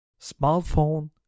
smartphone